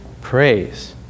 praise